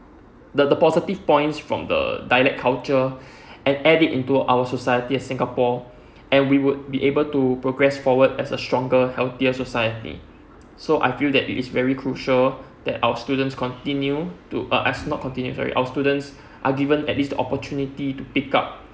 the the positive points from the dialect culture add it into our society in singapore and we would be able to progress forward as a stronger healthier society so I feel that it is very crucial that our students continue to as not continue sorry our students are given at least the opportunity to pick up